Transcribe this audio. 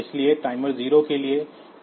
इसलिए टाइमर 0 के लिए टीमोड 02 है